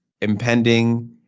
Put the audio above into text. impending